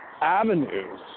avenues